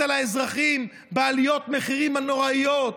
על האזרחים בעלויות המחירים הנוראיות,